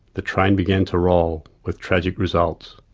the train began to roll, with tragic results.